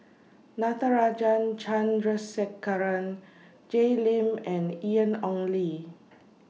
Natarajan Chandrasekaran Jay Lim and Ian Ong Li